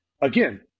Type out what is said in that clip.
Again